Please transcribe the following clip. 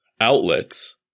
outlets